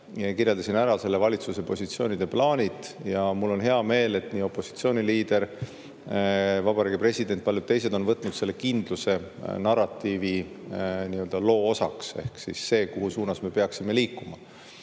kirjeldasin ära selle valitsuse positsioonid ja plaanid, ja mul on hea meel, et nii opositsiooniliider, Vabariigi President kui ka paljud teised on võtnud selle kindluse narratiivi oma loo osaks, ehk selle, kuhu suunas me peaksime liikuma.